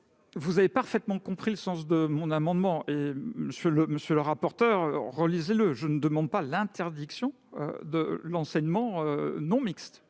Vous avez parfaitement compris le sens de mon amendement, monsieur le rapporteur pour avis. Relisez-le : je ne demande pas l'interdiction de l'enseignement non mixte,